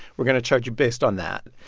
we're going to charge you based on that.